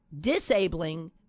disabling